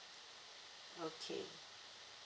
okay